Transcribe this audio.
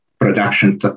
production